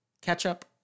Ketchup